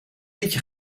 liedje